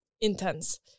intense